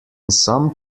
some